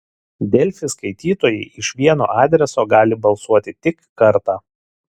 delfi skaitytojai iš vieno adreso gali balsuoti tik kartą